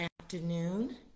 afternoon